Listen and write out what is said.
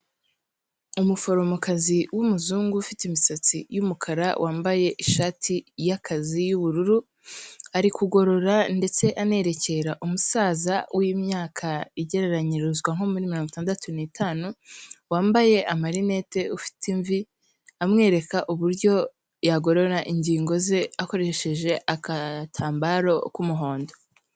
Umuforomokazi w'umuzungu ufite imisatsi y'umukara, wambaye ishati y'akazi y'ubururu, ari kugorora ndetse anerekera umusaza w'imyaka igereranyirizwa nko muri mirongo itandatu n'itanu, wambaye amarinete, ufite imvi, amwereka uburyo yagorora ingingo ze akoresheje agatambaro k'umuhondo.